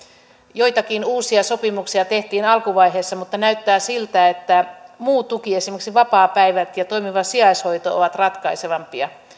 joitakin uusia sopimuksia tehtiin alkuvaiheessa mutta näyttää siltä että muu tuki esimerkiksi vapaapäivät ja toimiva sijaishoito ovat ratkaisevampia